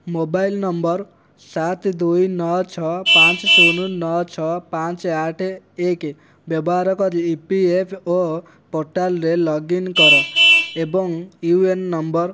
mobile number ସାତ ଦୁଇ ନଅ ଛଅ ପାଞ୍ଚ ଶୂନ ନଅ ଛଅ ପାଞ୍ଚ ଆଠ ଏକ ବ୍ୟବହାର କରି ଇପିଏଫ୍ଓ ପୋର୍ଟାଲ୍ରେ ଲଗ୍ଇନ୍ କର ଏବଂ ୟୁଏଏନ୍ ନମ୍ବର